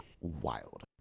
wild